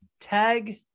tag